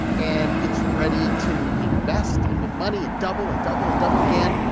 and it's ready to invest and make money and double and double and double again.